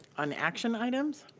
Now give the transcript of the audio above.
on action items?